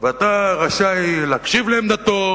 ואתה רשאי להקשיב לעמדתו